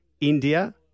India